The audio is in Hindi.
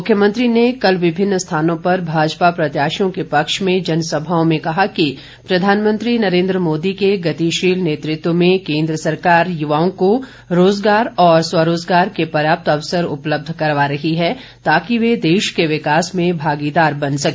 मुख्यमंत्री ने कल विभिन्न स्थानों पर भाजपा प्रत्याशियों के पक्ष में जनसभाओं में कहा कि प्रधानमन्त्री नरेन्द्र मोदी के गतिशील नेतृत्व में केन्द्र सरकार युवाओं को रोजगार और स्वरोजगार के पर्याप्त अवसर उपलब्ध करवा रही है ताकि वे देश के विकास में भागीदार बन सके